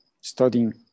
studying